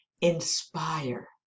inspire